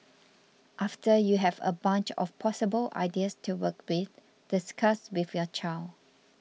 after you have a bunch of possible ideas to work with discuss with your child